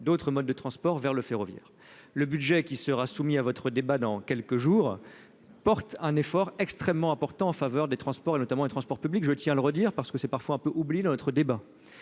d'autres modes de transport vers le ferroviaire, le budget qui sera soumis à votre débat dans quelques jours, porte un effort extrêmement important en faveur des transports, notamment les transports publics, je tiens à le redire parce que c'est parfois un peu oublié notre débat,